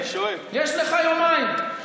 יש לך יומיים,